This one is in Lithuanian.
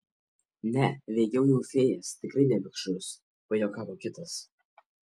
ne veikiau jau fėjas tikrai ne vikšrus pajuokavo kitas